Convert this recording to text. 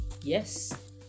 Yes